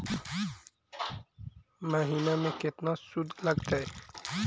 महिना में केतना शुद्ध लगतै?